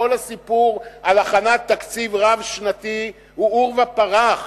כל הסיפור על הכנת תקציב רב-שנתי הוא עורבא פרח,